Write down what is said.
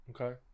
Okay